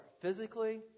Physically